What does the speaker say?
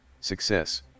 Success